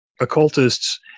occultists